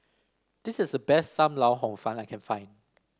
this is the best Sam Lau Hor Fun that I can find